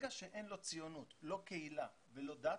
מרגע שאין לו ציונות, לא קהילה ולא דת,